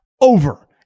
over